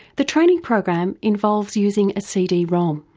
the training program involves using a cd rom.